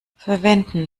verwenden